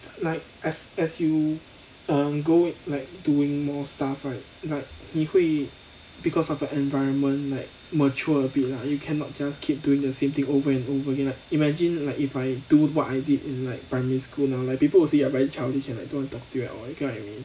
like as as you um go like doing more stuff right like 你会 because of your environment like mature a bit lah you cannot just keep doing the same thing over and over again like imagine like if I do what I did in like primary school now like people will say you are very childish and don't want talk to you at all you get what I mean